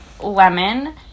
lemon